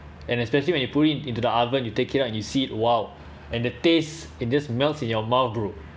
and especially when you put it into the oven you take it out and you see !wow! and the taste it just melts in your mouth bro